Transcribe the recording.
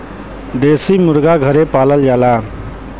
देसी मुरगा घरे पालल जाला